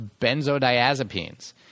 benzodiazepines